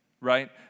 right